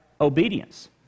obedience